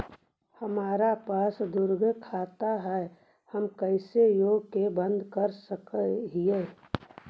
हमरा पास दु गो खाता हैं, हम कैसे एगो के बंद कर सक हिय?